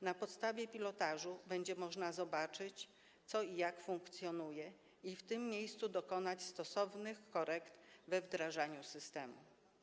Na podstawie pilotażu będzie można zobaczyć, co i jak funkcjonuje, i dokonać stosownych korekt we wdrażaniu systemu.